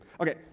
Okay